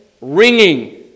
ringing